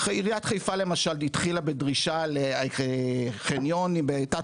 עיריית חיפה למשל התחילה בדרישה לחניון תת